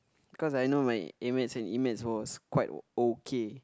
because I know my a-maths and e-maths was quite okay